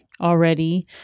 already